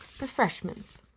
Refreshments